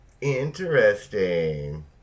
Interesting